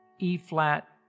E-flat